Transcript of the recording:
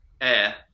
Air